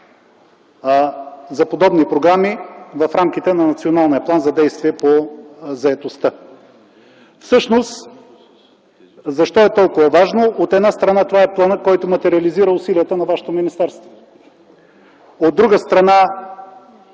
за подобни програми в рамките на Националния план за действия по заетостта. Защо е толкова важно? От една страна това е планът, който материализира усилията на Вашето министерство. От друга страна